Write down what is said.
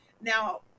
now